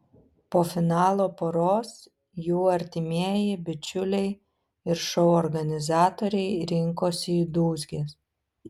po finalo poros jų artimieji bičiuliai ir šou organizatoriai rinkosi į dūzges